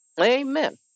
Amen